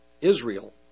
Israel